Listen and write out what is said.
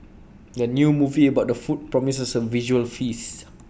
the new movie about the food promises A visual feast